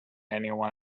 anyone